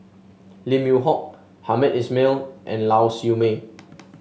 Lim Yew Hock Hamed Ismail and Lau Siew Mei